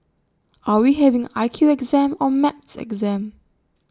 are we having I Q exam or maths exam